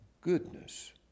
goodness